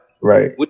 Right